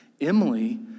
Emily